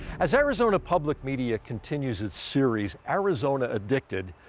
as arizona public media continues it's series, arizona addicted,